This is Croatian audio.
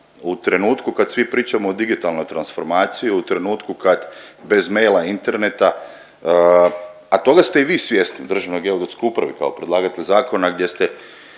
u trenutku kad svi pričamo o digitalnoj transformaciji, u trenutku kad bez maila i interneta, a toga ste i vi svjesni u Državnoj geodetskoj upravi kao predlagatelj zakona gdje ste